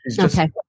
Okay